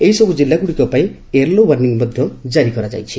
ଏହିସବୁ କିଲ୍ଲାଗୁଡ଼ିକ ପାଇଁ ୟେଲୋ ଓାର୍ଶ୍ରିଂ ମଧ୍ଧ ଜାରି କରାଯାଇଛି